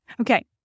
Okay